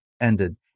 ended